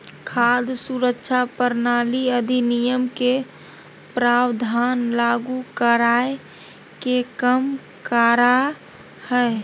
खाद्य सुरक्षा प्रणाली अधिनियम के प्रावधान लागू कराय के कम करा हइ